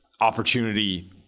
opportunity